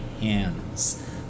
hands